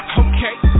okay